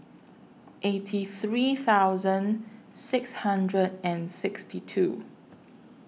eighty three thousand six hundred and sixty two